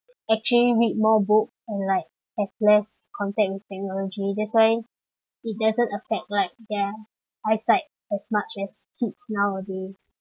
actually read more books and like have less contact with technology that's why it doesn't affect like their eyesight as much as kids nowadays